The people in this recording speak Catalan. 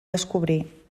descobrir